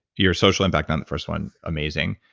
your social impact on the first one, amazing.